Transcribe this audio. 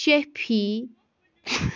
شفی